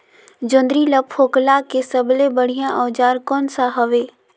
जोंदरी ला फोकला के सबले बढ़िया औजार कोन सा हवे?